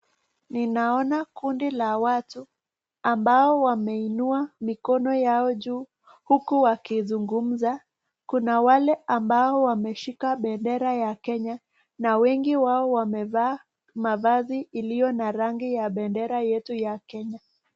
Ninaona kundi la watu ambao wameinua mikono yao juu huku wakizungumza kuna wale ambao wameshika bendera ya Kenya na wengi wao wamevaa mafasi iliyo na rangi yetu ya Kenya.